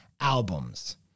albums